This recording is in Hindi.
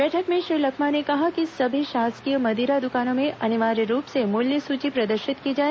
बैठक में श्री लखमा ने कहा कि सभी शासकीय मदिरा दुकानों में अनिवार्य रूप से मूल्य सूची प्रद र्रिशत की जाए